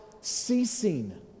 ceasing